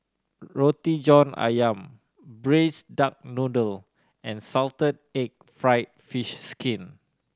Roti John Ayam Braised Duck Noodle and salted egg fried fish skin